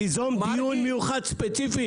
תיזום דיון מיוחד ספציפי.